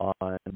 on